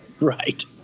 Right